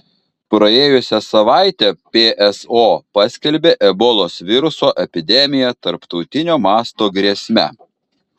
praėjusią savaitę pso paskelbė ebolos viruso epidemiją tarptautinio masto grėsme